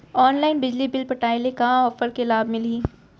Online बिजली bill पटाय ले का का ऑफ़र के लाभ मिलही?